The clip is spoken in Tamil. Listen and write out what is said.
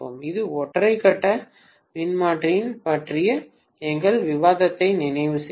இது ஒற்றை கட்ட மின்மாற்றிகள் பற்றிய எங்கள் விவாதத்தை நிறைவு செய்யும்